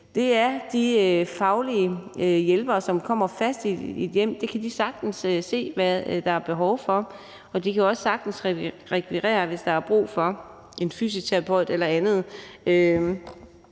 det er de faglige hjælpere, som kommer fast i et hjem, som sagtens kan se, hvad der er behov for. De kan også sagtens rekvirere en fysioterapeut eller andet,